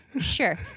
sure